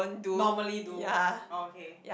normally do okay